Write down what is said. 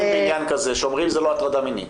בעניין כזה שאומרים שזו לא הטרדה מינית?